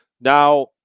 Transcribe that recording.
Now